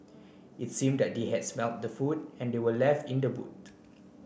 it seemed that they had smelt the food that were left in the boot